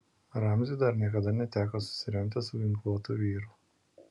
ramziui dar niekada neteko susiremti su ginkluotu vyru